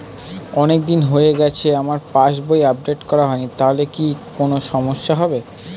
অনেকদিন হয়ে গেছে আমার পাস বই আপডেট করা হয়নি তাহলে কি কোন সমস্যা হবে?